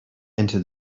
into